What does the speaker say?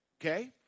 Okay